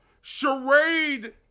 charade